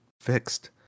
fixed